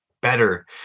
better